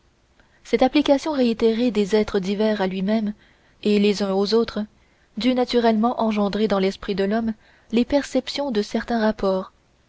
cette application réitérée des êtres divers à lui-même et les uns aux autres dut naturellement engendrer dans l'esprit de l'homme les perceptions de certains rapports